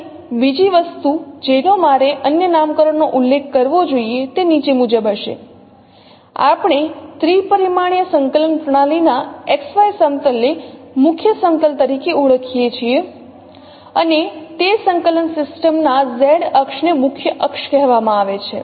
અને બીજી વસ્તુ જેનો મારે અન્ય નામકરણનો ઉલ્લેખ કરવો જોઈએ તે નીચે મુજબ હશે આપણે ત્રિપરિમાણીય સંકલન પ્રણાલીના XY સમતલ ને મુખ્ય સમતલ તરીકે ઓળખીએ છીએ અને તે સંકલન સિસ્ટમ ના Z અક્ષને મુખ્ય અક્ષ કહેવામાં આવે છે